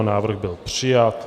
Návrh byl přijat.